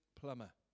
plumber